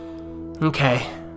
Okay